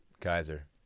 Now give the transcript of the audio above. Kaiser